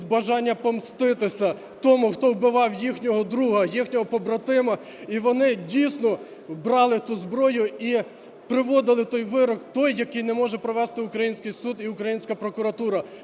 з бажанням помститися тому, хто вбивав їхнього друга, їхнього побратима. І вони, дійсно, брали ту зброю і приводили той вирок, той, який не може привести український суд і українська прокуратура.